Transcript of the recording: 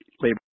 labor